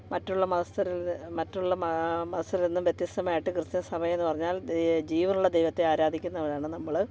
മറ്റുള്ള മതസ്ഥരിൽ നിന്ന് മറ്റുള്ള മതസ്ഥരിൽ നിന്നും വ്യത്യസ്തമായിട്ട് ക്രിസ്ത്യൻ സഭയെന്ന് പറഞ്ഞാൽ ജീവനുള്ള ദൈവത്തെ ആരാധിക്കുന്നവരാണ് നമ്മൾ